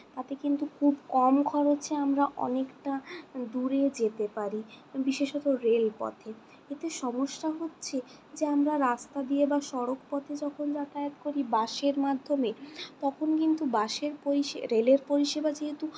তাতে কিন্তু খুব কম খরচে আমরা অনেকটা দূরে যেতে পারি বিশেষত রেলপথে এতে সমস্যা হচ্ছে যে আমরা রাস্তা দিয়ে বা সড়কপথে যখন যাতায়াত করি বাসের মাধ্যমে তখন কিন্তু বাসের পরিষেবা রেলের পরিষেবা যেহেতু